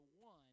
one